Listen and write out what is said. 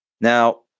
Now